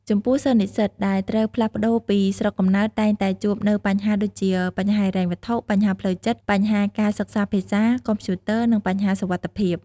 ចំំពោះសិស្សនិស្សិតដែលត្រូវផ្លាស់ផ្តូរពីស្រុកកំណើតតែងតែជួបនួវបញ្ហាដូចជា បញ្ហាហិរញ្ញវត្ថុ បញ្ហាផ្លូវចិត្ត បញ្ហាការសិក្សាភាសា កំព្យូទ័រ និងបញ្ហាសុវត្តិភាព។